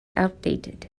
outdated